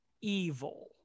evil